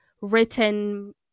written